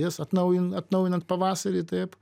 jas atnaujint atnaujinant pavasarį taip